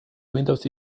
windows